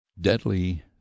Deadly